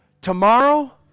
Tomorrow